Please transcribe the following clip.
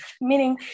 meaning